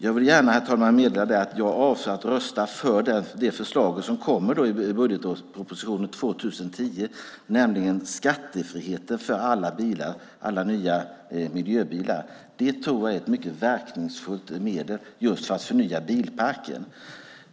Jag vill gärna meddela att jag avser att rösta för det förslag som kommer i budgetpropositionen 2010, nämligen skattefrihet för alla nya miljöbilar. Jag tror att det är ett mycket verkningsfullt medel för att förnya bilparken.